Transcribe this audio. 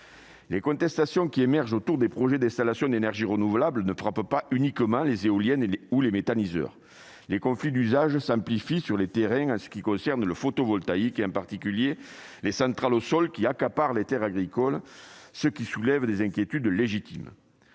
Les contestations qui émergent autour des projets d'installation d'énergies renouvelables ne frappent pas uniquement les éoliennes ou les méthaniseurs. Les conflits d'usage s'amplifient sur le terrain en ce qui concerne le photovoltaïque, en particulier les centrales au sol, qui accaparent les terres agricoles, ce qui soulève des inquiétudes légitimes.